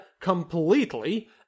completely